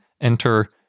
enter